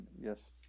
yes